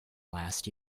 last